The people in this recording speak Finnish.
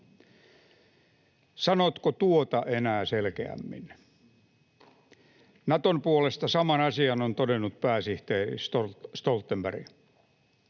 Sanotko tuota enää selkeämmin? Naton puolesta saman asian on todennut pääsihteeri Stoltenberg.